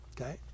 Okay